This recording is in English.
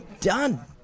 done